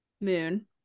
moon